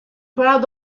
proud